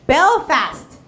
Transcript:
Belfast